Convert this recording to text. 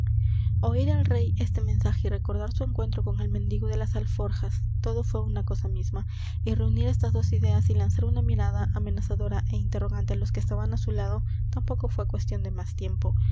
oir el rey este mensaje y recordar su encuentro con el mendigo de las alforjas todo fué una cosa misma y reunir estas dos ideas y lanzar una mirada amenazadora é interrogante á los que estaban á su lado tampoco fué cuestión de más tiempo